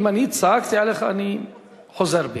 אם אני צעקתי עליך אני חוזר בי.